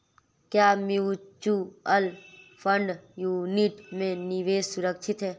क्या mutual fund unit में निवेश सुरक्षित है?